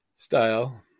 style